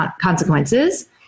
consequences